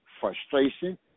frustration